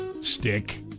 stick